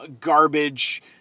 garbage